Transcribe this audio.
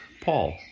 Paul